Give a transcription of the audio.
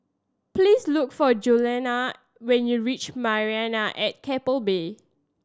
please look for Juliana when you reach Marina at Keppel Bay